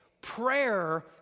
Prayer